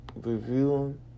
review